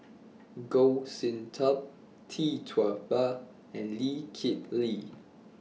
Goh Sin Tub Tee Tua Ba and Lee Kip Lee